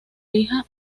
hija